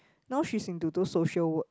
now she's into those social work